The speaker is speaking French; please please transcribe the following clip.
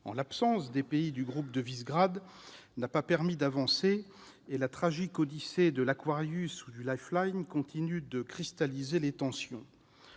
en l'absence des pays du groupe de Visegrád, n'a pas permis d'avancées. Et la tragique odyssée de l'ou du continue de cristalliser les tensions.